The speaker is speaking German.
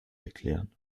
erklären